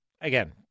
Again